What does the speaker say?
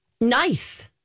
nice